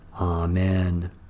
Amen